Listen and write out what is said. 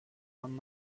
one